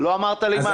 לא אמרת לי מה.